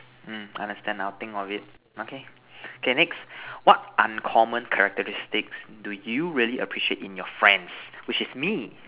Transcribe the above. hmm understand I will think of it okay K next what uncommon characteristics do you really appreciate in your friends which is me